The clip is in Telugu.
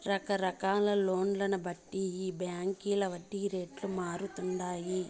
రకరకాల లోన్లను బట్టి ఈ బాంకీల వడ్డీ రేట్లు మారతండాయి